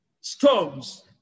storms